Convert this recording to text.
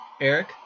Eric